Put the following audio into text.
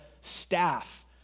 staff